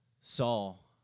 Saul